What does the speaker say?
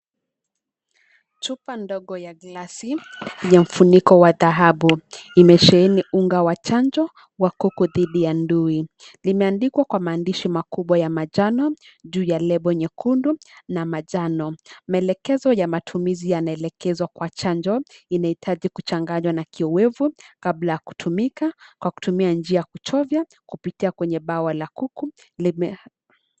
Chupa ndogo ya glasi ya ufuniko ya dhahabu imesheheni unga wa chanjo wa kuku dhidi ya ndui. Limeandikwa kwa maandishi makubwa ya manjano juu ya lebo nyekundu na manjano. Maelekezo ya matumizi yanaelekezwa kwa chanjo. Inahitaji kuchanganywa na kioevu kabla ya kutumika, kwa kutumia njia ya kuchovya kupitia kwenye bawa la kuku.